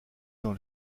dans